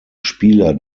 spieler